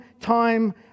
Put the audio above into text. time